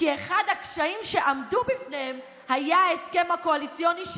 כי אחד הקשיים שעמדו בפניהם היה ההסכם הקואליציוני,